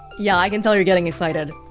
yeah i can tell you're getting excited